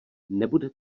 nebude